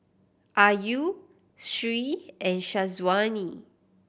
Ayu Sri and Syazwani